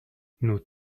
nos